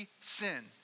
sin